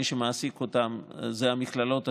מי שמעסיק אותם זה המכללות השונות,